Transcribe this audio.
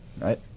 right